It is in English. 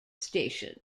station